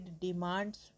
demands